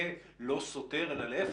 זה לא סותר אלא להפך,